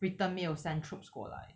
britain 没有 sent troops 过来